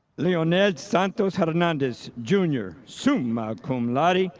leonel santos hernandez junior, summa cum laude,